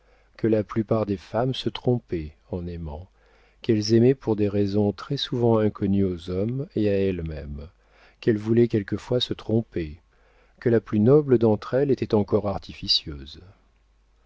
que la plupart des femmes se trompaient en aimant qu'elles aimaient pour des raisons très-souvent inconnues aux hommes et à elles-mêmes qu'elles voulaient quelquefois se tromper que la plus noble d'entre elles était encore artificieuse